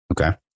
Okay